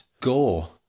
gore